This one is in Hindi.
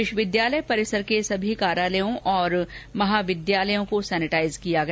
विश्वविद्यालय परिसर के सभी कार्यालयों और महाविद्यालयों को सेनेटाइज़ किया गया